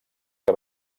que